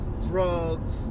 drugs